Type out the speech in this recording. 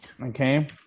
okay